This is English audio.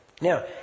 Now